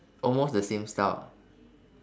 almost the same style ah